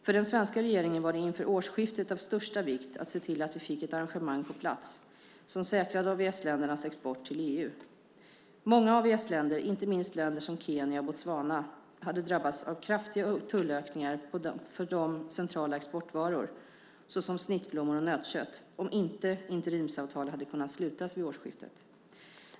För den svenska regeringen var det inför årsskiftet av största vikt att se till att vi fick ett arrangemang på plats som säkrade AVS-ländernas export till EU. Många AVS-länder, inte minst länder som Kenya och Botswana, hade drabbats av kraftiga tullökningar på för dem centrala exportvaror, såsom snittblommor och nötkött, om inte interimsavtal hade kunnat slutas vid årsskiftet.